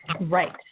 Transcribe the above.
Right